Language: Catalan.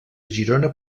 girona